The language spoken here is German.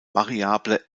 variable